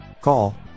Call